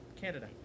Canada